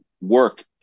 work